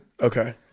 Okay